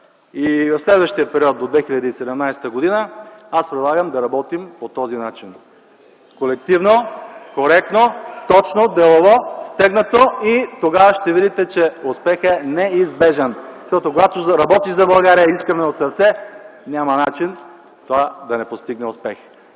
и в следващия период до 2017 г. аз предлагам да работим по този начин – колективно, коректно, точно, делово, стегнато и тогава ще видите, че успехът е неизбежен. Защото когато работиш за България искрено и от сърце, няма начин това да не постигне успехи.